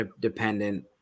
dependent